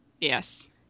Yes